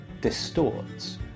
distorts